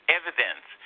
evidence